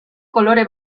kolore